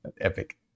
epic